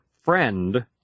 friend